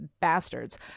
bastards